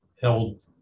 held